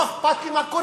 לא אכפת לי מה קורה,